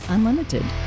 Unlimited